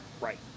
Right